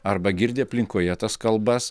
arba girdi aplinkoje tas kalbas